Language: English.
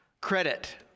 credit